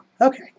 Okay